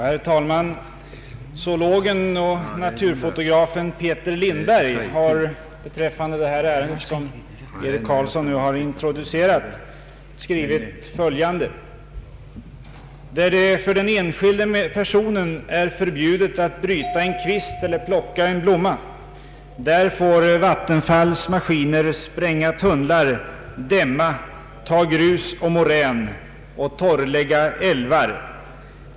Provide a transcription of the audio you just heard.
Herr talman! Zoologen och naturfotografen Peter Lindberg har beträffande det ärende som herr Eric Carlsson nu har introducerat skrivit följande: ”Där det för den enskilde personen är förbjudet att bryta en kvist eller att plocka en blomma, där får Vattenfalls maskiner spränga tunnlar, ta grus och morän och torrlägga älvar.